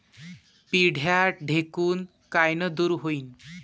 पिढ्या ढेकूण कायनं दूर होईन?